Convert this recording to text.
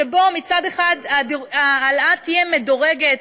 שבו מצד אחד ההעלאה תהיה מדורגת,